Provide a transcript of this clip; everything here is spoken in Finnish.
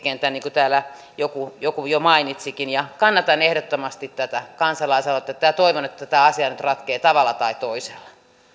kentän niin kuin täällä joku joku jo mainitsikin ja kannatan ehdottomasti tätä kansalaisaloitetta ja toivon että tämä asia nyt ratkeaa tavalla tai toisella